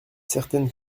certaines